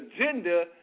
agenda